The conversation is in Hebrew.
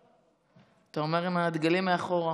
אתה אומר: עם הדגלים מאחור.